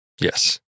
yes